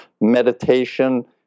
meditation